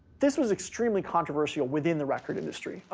this was extremely controversial within the record industry.